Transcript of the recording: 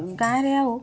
ଗାଁ'ରେ ଆଉ